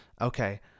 okay